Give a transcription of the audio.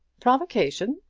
provocation!